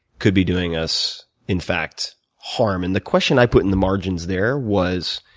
could be doing us in fact harm. and the question i put in the margins there was,